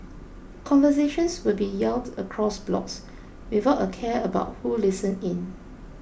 conversations would be yelled across blocks without a care about who listened in